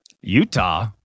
Utah